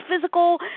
physical